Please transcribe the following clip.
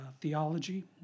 theology